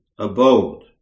abode